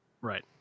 Right